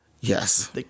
Yes